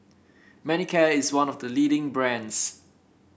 Manicare is one of the leading brands